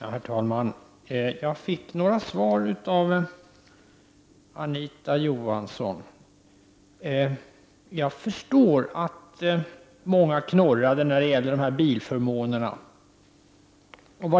Herr talman! Jag fick några svar av Anita Johansson. Jag förstår att många knorrade när det gäller bilförmånerna.